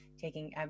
taking